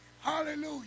hallelujah